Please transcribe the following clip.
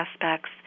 aspects